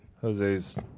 Jose's